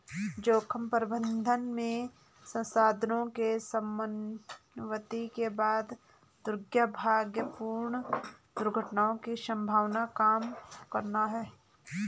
जोखिम प्रबंधन में संसाधनों के समन्वित के बाद दुर्भाग्यपूर्ण घटनाओं की संभावना कम करना है